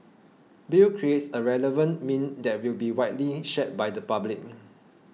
Bill creates a relevant meme that will be widely shared by the public